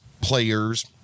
players